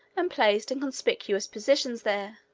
and placed in conspicuous positions there,